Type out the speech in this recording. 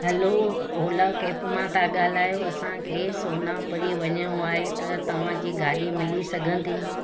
हलो Ola cab मां था ॻाल्हायो असांखे सोनापरी वञिणो आहे त तव्हां जी गाॾी मिली सघंदी